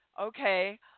okay